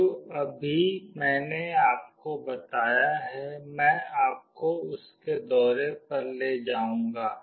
जो अभी मैंने आपको बताया है मैं आपको उसके दौरे पे ले जाऊंगी